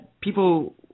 people